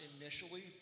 initially